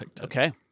okay